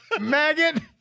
Maggot